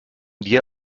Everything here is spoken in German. dir